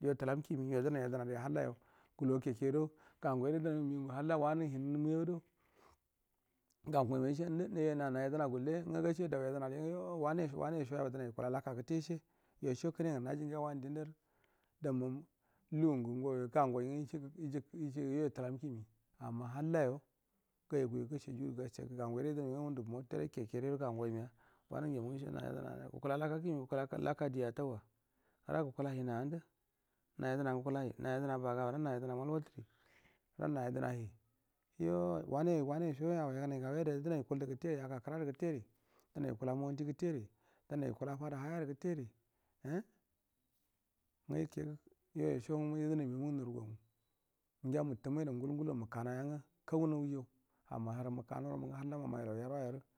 yo tulam kimi yo du nai yednari biya halla yo gulu wa kedo gau ngai ru yedna mi ngu mi gau unga halla wanu hin mu yay o gan goi miya yishe nde undei nda na yedna gulle ungu gashed au yednori ngu yoo wano wano soyaba dunai yi kula laka gate gise yoi so kuru unga raji nguya wanu din du aru damma uigu n gun goi yo gan goi ngu yo yo talam kimi amma halla yo gayagu yo ga shajuru gacc gan goi ra yednamia ngundu motorai keke rai do gan goi miya wanun guy o mu yishika na yedna ga gukula laka kiemi gukula laka die atau wa gura gukula hi nan du na yedna ungel kula hi na yedna baga bagara na yedna mal fatori gur ana yed na ti yo waneyi wane yi soya yak nai nga goi ada duna yi kullu gate yaka kra ra gate ri du nai ikula monti gutteri dunai ikula fadau haya ru gutte ri umm nga yishena yoi son gu yedna mi amunaru gamu ungiya mutammai nau um gul umgullu muka nau yangu kaguwa nawujau amma huru muka nau waro mungu halla mau ma ya law yerwa your.